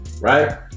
right